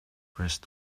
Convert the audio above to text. rest